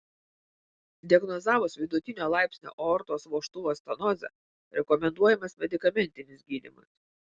diagnozavus vidutinio laipsnio aortos vožtuvo stenozę rekomenduojamas medikamentinis gydymas